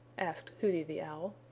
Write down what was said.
asked hooty the owl.